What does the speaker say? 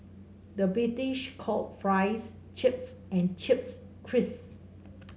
the British call fries chips and chips crisps